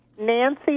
Nancy